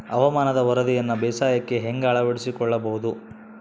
ಹವಾಮಾನದ ವರದಿಯನ್ನು ಬೇಸಾಯಕ್ಕೆ ಹೇಗೆ ಅಳವಡಿಸಿಕೊಳ್ಳಬಹುದು?